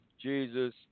Jesus